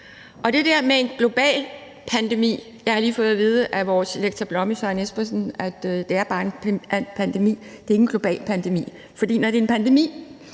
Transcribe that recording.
og at det er en global pandemi – jeg har lige fået at vide af vores lektor Blomme, Søren Espersen, at det bare er en pandemi; det er ikke en global pandemi, for når det er en pandemi,